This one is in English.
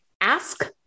ask